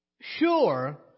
sure